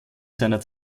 seiner